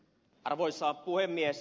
arvoisa puhemies